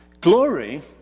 Glory